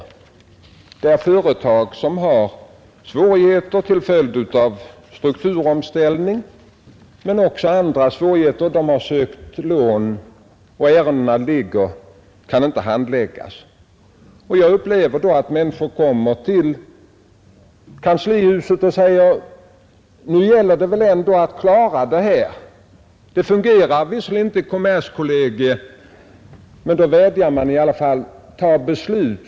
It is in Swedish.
Det kan gälla företag som har svårigheter till följd av strukturomställning men även andra svårigheter, de har ansökt om lån och ärendena kan inte handläggas. Människor kommer då till kanslihuset och vill ha hjälp. När kommerskollegium inte fungerar vädjar man om beslut för att kunna leva vidare.